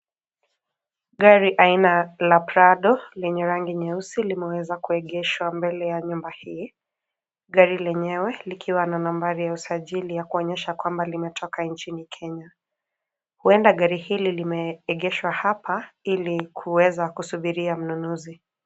Gari aina la Prado lenye rangi nyeusi limeweza kuegeshwa mbele ya nyumba hii, gari lenyewe likiwa na nambari ya usajili ya kuonyesha kwamba limetoka nchini Kenya, huenda gari hili limeegeshwa hapa ilikuweza kusubiria mnunuzi.